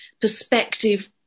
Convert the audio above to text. perspective